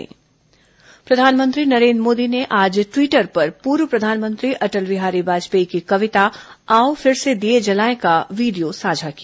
corona प्रधानमंत्री वाजपेयी कविता प्रधानमंत्री नरेन्द्र मोदी ने आज ट्वीटर पर पूर्व प्रधानमंत्री अटल बिहारी वाजपेयी की कविता आओ फिर से दीये जलाएं का वीडियो साझा किया